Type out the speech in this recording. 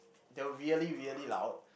they're really really loud